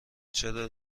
چرا